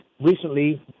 recently